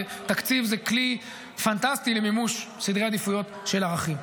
ותקציב זה כלי פנטסטי למימוש סדרי עדיפויות של ערכים.